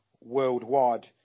worldwide